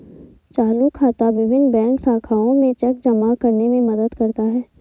चालू खाता विभिन्न बैंक शाखाओं में चेक जमा करने में मदद करता है